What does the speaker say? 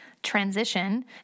transition